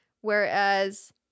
whereas